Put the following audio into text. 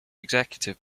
executive